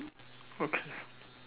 okay